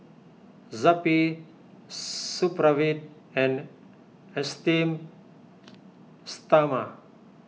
Zappy Supravit and Esteem Stoma